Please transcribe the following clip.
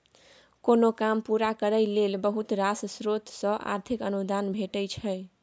कोनो काम पूरा करय लेल बहुत रास स्रोत सँ आर्थिक अनुदान भेटय छै